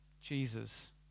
Jesus